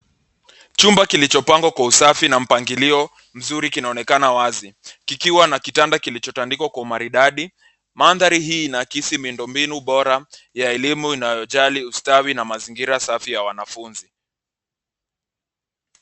Chumba kilichopangwa kwa usafi na mpangilio mzuri kinaonekana wazi, kikiwa na kitanda kilichotandikwa kwa umaridadi. Mandhari hii ina akisi miundo mbinu bora ya a elimu inayojali ustawi na mazingira safi ya wanafunzi.